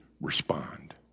respond